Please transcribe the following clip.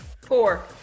Four